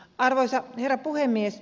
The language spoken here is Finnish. arvoisa herra puhemies